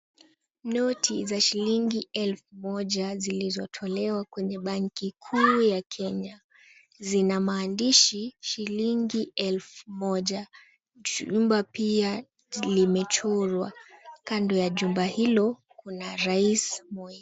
Noti za shilingi elfu moja zilizotolewa kwenye banki kuu ya Kenya, zina maandishi shilingi elfu moja. Jumba pia limechorwa, kando ya jumba hilo kuna rais Moi.